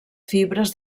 fibres